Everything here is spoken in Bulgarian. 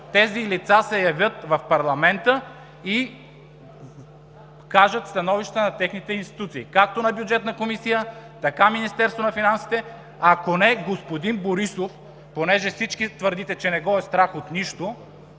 тези лица се явят в парламента и кажат становищата на техните институции – както на Бюджетната комисия, така и на Министерството на финансите. Ако не, да дойде господин Борисов – понеже всички твърдите, че не го е страх от нищо